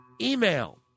email